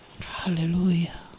Hallelujah